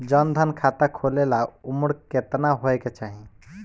जन धन खाता खोले ला उमर केतना होए के चाही?